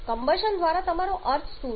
combustion દ્વારા તમારો અર્થ શું છે